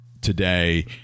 today